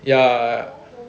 ya